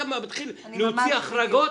אתה מתחיל להוציא החרגות.